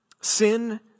Sin